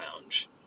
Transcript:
Lounge